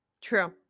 True